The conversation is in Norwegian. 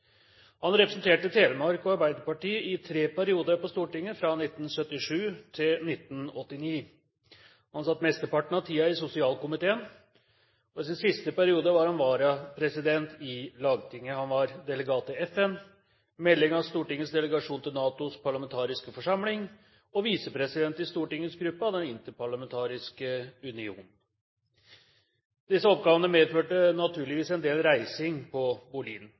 Han representerte Telemark og Arbeiderpartiet i tre perioder på Stortinget, fra 1977 til 1989. Han satt mesteparten av tiden i sosialkomiteen. I sin siste periode var han varapresident i Lagtinget. Han var delegat til FN, medlem av Stortingets delegasjon til NATOs parlamentariske forsamling og visepresident i Stortingets gruppe av Den Interparlamentariske Union. Disse oppgavene medførte naturligvis en del reising